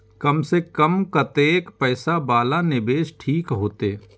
कम से कम कतेक पैसा वाला निवेश ठीक होते?